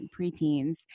preteens